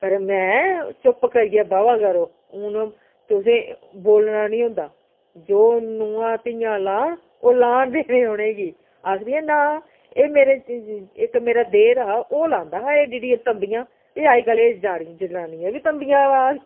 पर में चुप करियै बवै करो हून तुसें बोलना नी होंदा जो नूहां धियां लान ओह् लान देने उ'नेंगी आखदियां न एह् मेरे इक मेरा देर हा ओह् लांदा हा एड्डियां एड्डियां तम्बियां ते अज्जकल एह् जड़ जनानियें बी तम्बियां रवाज